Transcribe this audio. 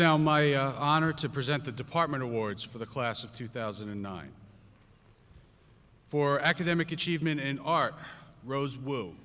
now my honor to present the department awards for the class of two thousand and nine for academic achievement in art rose